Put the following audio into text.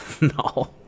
no